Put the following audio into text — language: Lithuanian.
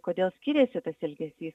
kodėl skiriasi tas elgesys